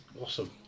Awesome